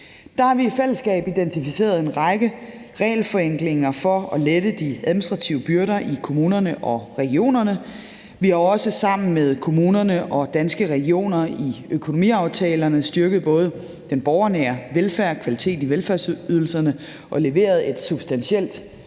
Der har vi i fællesskab identificeret en række regelforenklinger for at lette de administrative byrder i kommunerne og regionerne. Vi har også sammen med kommunerne og Danske Regioner i økonomiaftalerne styrket både den borgernære velfærd og kvalitet i velfærdsydelserne og leveret et substantielt